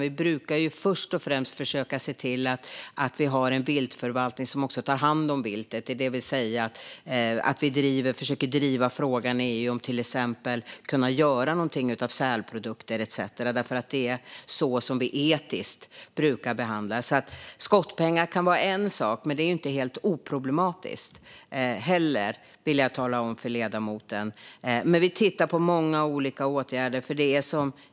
Vi brukar först och främst försöka se till att vi har en viltförvaltning som tar hand om viltet. Vi försöker driva frågor i EU om till exempel att kunna göra någonting av sälprodukter etcetera. Det är så vi etiskt brukar behandla det. Skottpengar kan vara en sak, men är inte heller något helt oproblematiskt, vill jag tala om för ledamoten. Vi tittar på många olika åtgärder. Fru talman!